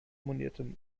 monierte